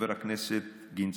חבר הכנסת גינזבורג,